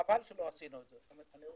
חבל שלא עשינו זאת.